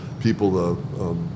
people